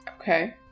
Okay